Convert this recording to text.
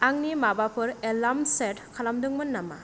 आंनि माबाफोर alarm set खालामदोंमोन नामा